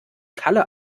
kalle